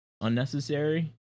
unnecessary